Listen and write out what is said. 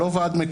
לא ועד מקומי.